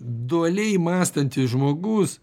dualei mąstantis žmogus